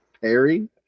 Perry